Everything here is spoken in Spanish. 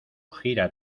gira